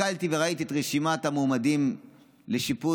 הסתכלתי וראיתי את רשימת המועמדים לשיפוט.